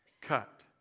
cut